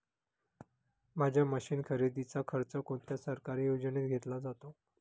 माझ्या मशीन खरेदीचा खर्च कोणत्या सरकारी योजनेत घेतला जातो?